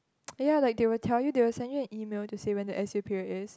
!aiya! like they will tell you they will send you an email to say when the S_U period is